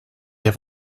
have